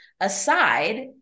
Aside